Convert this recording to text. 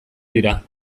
dira